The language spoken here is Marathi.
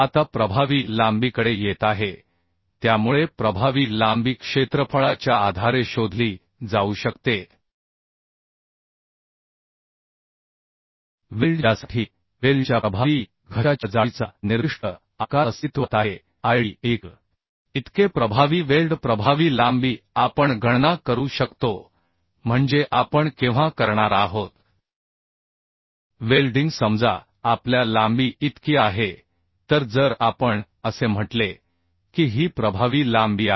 आता प्रभावी लांबीकडे येत आहे त्यामुळे प्रभावी लांबी क्षेत्रफळाच्या आधारे शोधली जाऊ शकते वेल्ड ज्यासाठी वेल्डच्या प्रभावी घशाच्या जाडीचा निर्दिष्ट आकार अस्तित्वात आहे इतके प्रभावी वेल्ड प्रभावी लांबी आपण गणना करू शकतो म्हणजे आपण केव्हा करणार आहोत वेल्डिंग समजा आपल्या लांबी इतकी आहे तर जर आपण असे म्हटले की ही प्रभावी लांबी आहे